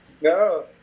no